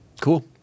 Cool